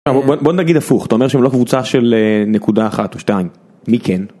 בוא נגיד הפוך, אתה אומר שהם לא קבוצה של נקודה אחת או שתיים. מי כן?